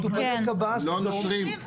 לא נושרים.